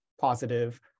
positive